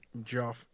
Joff